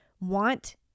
want